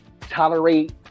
Tolerate